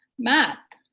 matt,